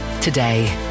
today